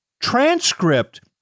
transcript